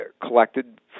collected